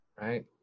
right